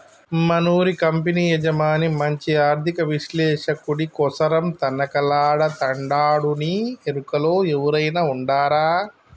మనూరి కంపెనీ యజమాని మంచి ఆర్థిక విశ్లేషకుడి కోసరం తనకలాడతండాడునీ ఎరుకలో ఎవురైనా ఉండారా